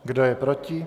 Kdo je proti?